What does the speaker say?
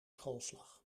schoolslag